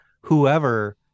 whoever